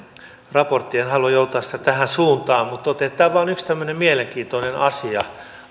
raporttia en halua johtaa sitä tähän suuntaan mutta totean että tämä on vain yksi tämmöinen mielenkiintoinen asia